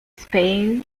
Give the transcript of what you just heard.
spain